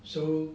so